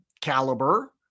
caliber